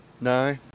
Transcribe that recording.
No